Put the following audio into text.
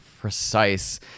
precise